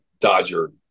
Dodger –